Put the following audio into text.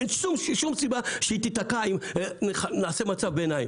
אין שום סיבה שהיא תיתקע אם נעשה מצב ביניים.